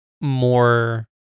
More